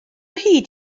hyd